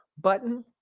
button